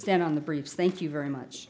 stand on the briefs thank you very much